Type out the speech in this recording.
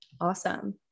Awesome